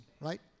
right